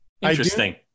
interesting